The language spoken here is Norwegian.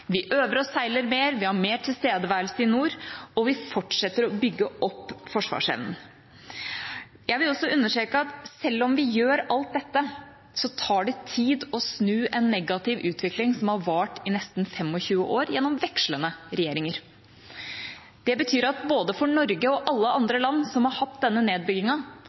Vi øver og seiler mer, vi har mer tilstedeværelse i nord, og vi fortsetter å bygge opp forsvarsevnen. Jeg vil også understreke at selv om vi gjør alt dette, tar det tid å snu en negativ utvikling som har vart i nesten 25 år, gjennom vekslende regjeringer. Det betyr at for både Norge og alle andre land som har hatt denne